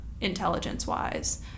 intelligence-wise